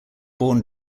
born